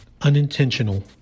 unintentional